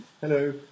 Hello